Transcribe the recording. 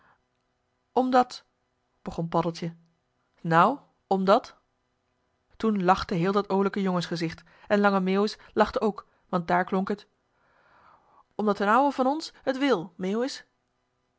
omdat begon paddeltje nou omdat toen lachte heel dat oolijke jongens gezicht en lange meeuwis lachte ook want daar klonk het omdat d'n ouwe van ons het wil meeuwis